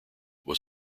was